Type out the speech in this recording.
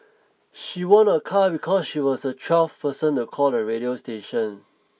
she won a car because she was the twelfth person to call the radio station